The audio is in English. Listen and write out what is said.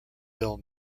bill